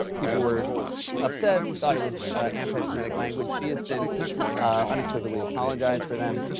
ah people were upset, thought it was anti-semitic language. she has since unequivocally apologized for them.